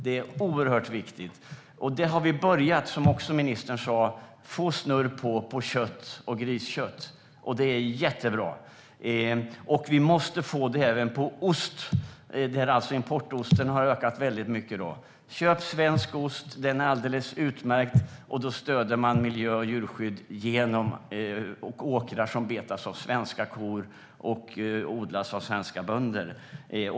Det är oerhört viktigt. Precis som ministern sa har det börjat bli snurr på kött och griskött. Det är jättebra. Det måste också bli snurr på ost. Importosten har ökat mycket. Köp svensk ost! Den är alldeles utmärkt. Då stöder man miljö och djurskydd samt åkrar som betas av svenska kor och odlas av svenska bönder.